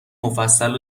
مفصل